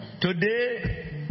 Today